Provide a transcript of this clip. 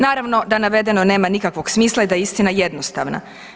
Naravno da navedeno nema nikakvog smisla i da je istina jednostavna.